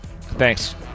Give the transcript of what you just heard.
thanks